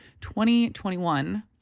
2021